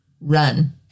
run